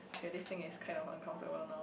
okay this thing is kind of uncomfortable now